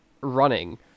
running